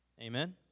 Amen